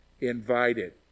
invited